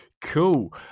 Cool